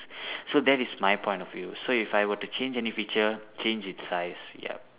so that is my point of view so if I were to change any feature change it's size yup